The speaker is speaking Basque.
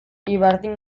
ibardin